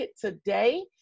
today